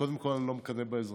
קודם כול, אני לא מקנא באזרחים,